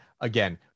again